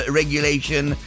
regulation